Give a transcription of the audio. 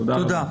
תודה רבה.